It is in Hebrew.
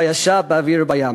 ביבשה, באוויר ובים.